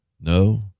No